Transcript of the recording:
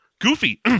Goofy